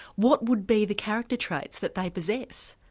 what would be the character traits that they possess?